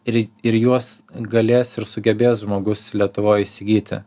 ir ir juos galės ir sugebės žmogus lietuvoj įsigyti